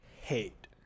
hate